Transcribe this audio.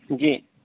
जी